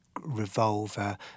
Revolver